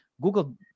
Google